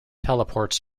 teleports